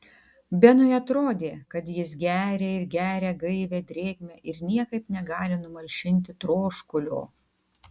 benui atrodė kad jis geria ir geria gaivią drėgmę ir niekaip negali numalšinti troškulio